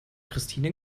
christine